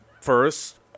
first